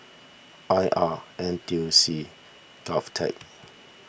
I R N T U C Govtech